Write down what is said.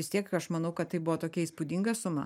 vis tiek aš manau kad tai buvo tokia įspūdinga suma